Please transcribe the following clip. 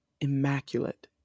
Immaculate